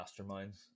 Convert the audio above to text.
masterminds